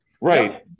Right